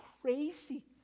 crazy